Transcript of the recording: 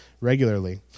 regularly